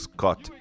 Scott